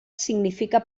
significa